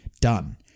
done